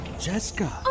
Jessica